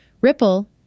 Ripple